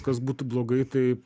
kas būtų blogai tai